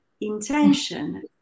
intention